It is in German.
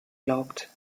glaubt